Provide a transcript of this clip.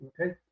Okay